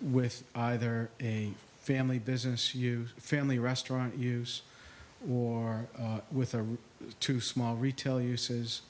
with either a family business you family restaurant use war with a two small retail uses